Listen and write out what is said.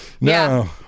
No